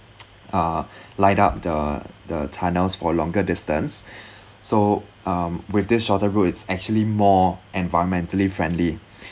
uh light up the the tunnels for longer distance so um with this shorter route it's actually more environmentally friendly